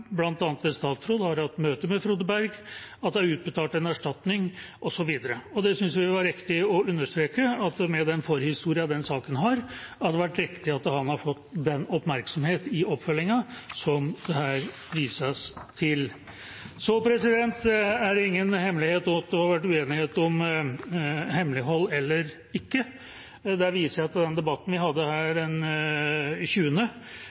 ved statsråden har hatt møter med Frode Berg, at det er utbetalt en erstatning, osv. Vi syntes det var riktig å understreke at med den forhistorien den saken har, har det vært riktig at han har fått den oppmerksomheten i oppfølgingen som det her vises til. Det er ingen hemmelighet at det har vært uenighet om hemmelighold eller ikke. Jeg viser til debatten vi hadde her